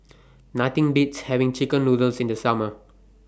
Nothing Beats having Chicken Noodles in The Summer